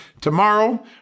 tomorrow